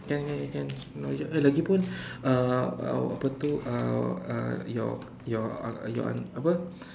can can can can can now it's just eh lagipun uh uh apa itu uh uh your your un~ your aunt apa